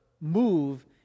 move